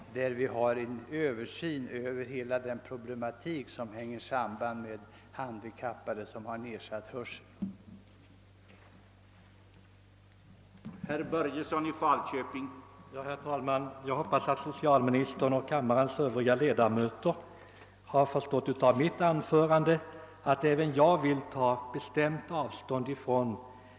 Genom dem får vi också överblick över hela den problematik, som hänger samman med det handikapp som en nedsatt hörsel innebär.